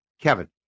Kevin